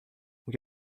que